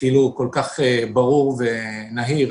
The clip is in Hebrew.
כל כך ברור ונהיר.